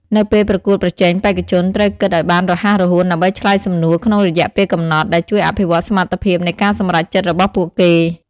នៅពេលប្រកួតប្រជែងបេក្ខជនត្រូវគិតឲ្យបានរហ័សរហួនដើម្បីឆ្លើយសំណួរក្នុងរយៈពេលកំណត់ ដែលជួយអភិវឌ្ឍន៍សមត្ថភាពនៃការសម្រេចចិត្តរបស់ពួកគេ។